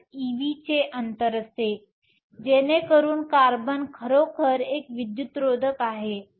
5 ev चे अंतर असते जेणेकरून कार्बन खरोखर एक विद्युतरोधक आहे